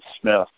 Smith